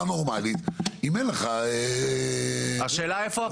נורמאלית אם אין לך --- השאלה איפה הפער?